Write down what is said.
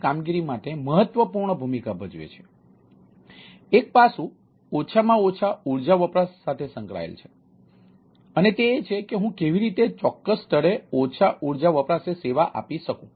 તેથી એક પાસું ઓછામાં ઓછા ઊર્જા વપરાશ સાથે સંકરાયેલ છે અને તે એ છે કે હું કેવી રીતે ચોક્કસ સ્તરે ઓછા ઊર્જા વપરાશે સેવા આપી શકું